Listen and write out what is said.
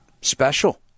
special